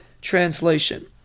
translation